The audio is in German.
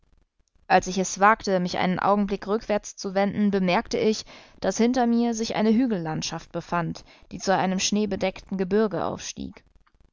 als ich es wagte mich einen augenblick rückwärts zu wenden bemerkte ich daß hinter mir sich eine hügellandschaft befand die zu einem schneebedeckten gebirge aufstieg